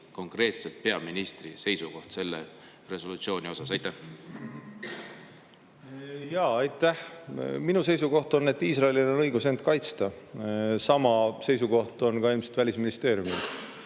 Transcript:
konkreetselt teie, peaministri seisukoht selle resolutsiooni osas? Aitäh! Minu seisukoht on, et Iisraelil on õigus end kaitsta. Sama seisukoht on ilmselt ka Välisministeeriumil.